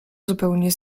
zupełnie